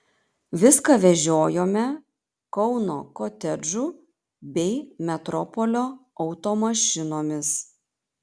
viską vežiojome kauno kotedžų bei metropolio automašinomis